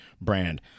brand